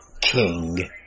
King